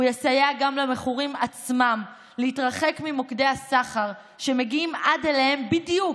הוא יסייע גם למכורים עצמם להתרחק ממוקדי הסחר שמגיעים עד אליהם בדיוק,